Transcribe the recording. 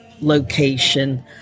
location